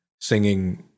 singing